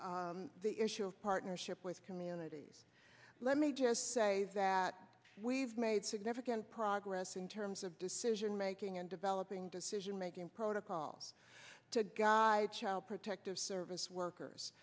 finally the issue of partnership with communities let me just say that we've made significant progress in terms of decision making and developing decision making protocol to guide child protective service workers